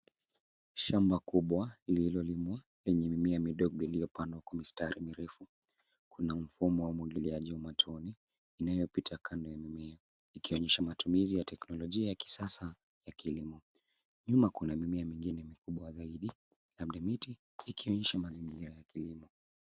Shamba kubwa lililolimwa lenye mimea midogo iliyopandwa kwenye mstari mirefu. Kuna mfumo wa umwagiliaji matone inayopita kando ya mimea ikionyesha matumizi ya teknolojia ya kisasa ya kilimo. Nyuma kuna mimea mingine mikubwa zaidi labda miti ikionyesha mazingira ya kilimo.